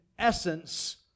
essence